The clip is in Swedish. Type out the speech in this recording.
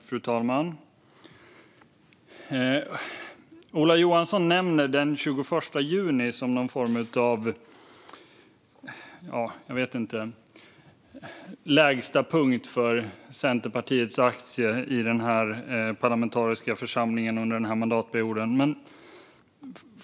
Fru talman! Ola Johansson nämner den 21 juni som någon form av lägsta punkt för Centerpartiets aktier i denna parlamentariska församling under mandatperioden.